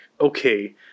Okay